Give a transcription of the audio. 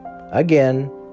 again